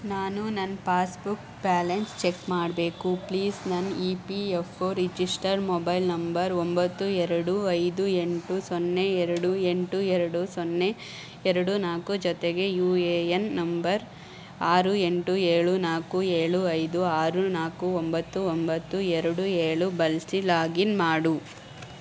ನಾನು ನನ್ನ passbook balance check ಮಾಡಬೇಕು ಪ್ಲೀಸ್ ನನ್ನ E P F register mobile number ಒಂಬತ್ತು ಎರಡು ಐದು ಎಂಟು ಸೊನ್ನೆ ಎರಡು ಎಂಟು ಎರಡು ಸೊನ್ನೆ ಎರಡು ನಾಲ್ಕು ಜೊತೆಗೆ ಯು ಎ ಏನ್ ನಂಬರ್ ಆರು ಎಂಟು ಏಳು ನಾಲ್ಕು ಏಳು ಐದು ಆರು ನಾಲ್ಕು ಒಂಬತ್ತು ಒಂಬತ್ತು ಎರಡು ಏಳು ಬಳಸಿ ಲಾಗಿನ್ ಮಾಡು